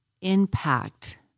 impact